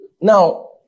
now